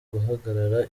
guhagarara